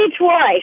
twice